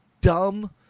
dumb